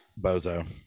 bozo